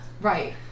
Right